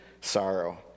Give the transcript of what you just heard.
sorrow